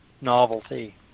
novelty